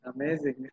Amazing